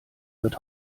wird